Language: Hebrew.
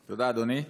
תודה, אדוני.